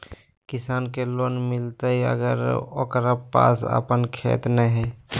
किसान के लोन मिलताय अगर ओकरा पास अपन खेत नय है?